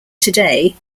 today